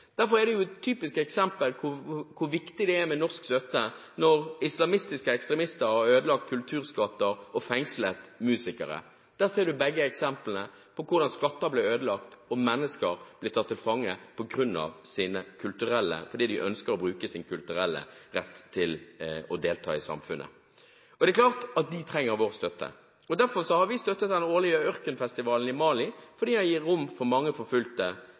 er derfor et typisk eksempel på hvor viktig det er med norsk støtte – når islamistiske ekstremister har ødelagt kulturskatter og fengslet musikere. Man ser eksempler på at skatter blir ødelagt og mennesker tatt til fange på grunn av at man ønsker å bruke sin kulturelle rett til å delta i samfunnet. Det er klart at de trenger vår støtte. Derfor har vi støttet den årlige Ørkenfestivalen i Mali. Den har gitt rom for mange forfulgte musikere og har vært en viktig scene for